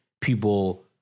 people